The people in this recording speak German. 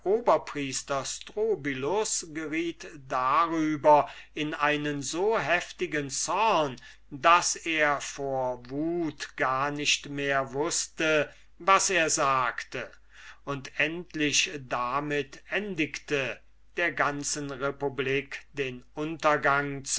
oberpriester strobylus geriet darüber in einen so heftigen zorn daß er vor wut gar nicht mehr wußte was er sagte und endlich damit endigte der ganzen republik den untergang